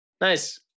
nice